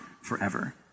forever